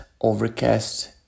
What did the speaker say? Overcast